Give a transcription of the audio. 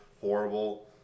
horrible